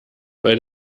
bei